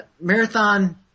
marathon